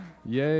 Yay